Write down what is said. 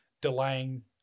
delaying